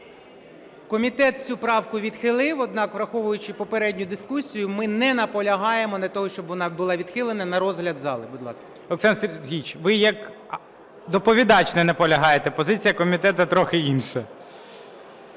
Комітет цю правку відхилив. Однак, враховуючи попередню дискусію, ми не наполягаємо на тому, щоб вона була відхилена. На розгляд зали, будь ласка. ГОЛОВУЮЧИЙ. Олександр Сергійович, ви як доповідач не наполягаєте, а позиція комітету трохи інша.